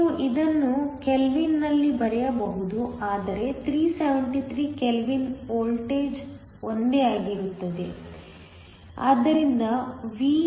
ನೀವು ಇದನ್ನು ಕೆಲ್ವಿನ್ನಲ್ಲಿ ಬರೆಯಬಹುದು ಅಂದರೆ 373 ಕೆಲ್ವಿನ್ ವೋಲ್ಟೇಜ್ ಒಂದೇ ಆಗಿರುತ್ತದೆ